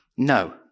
No